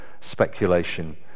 speculation